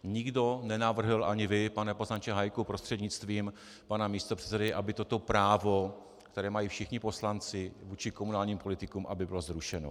Nikdo nenavrhl, ani vy, pane poslanče Hájku prostřednictvím pana místopředsedy, aby toto právo, které mají všichni poslanci vůči komunálním politikům, bylo zrušeno.